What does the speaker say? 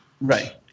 Right